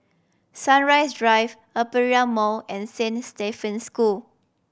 Sunrise Drive Aperia Mall and Saint Stephen's School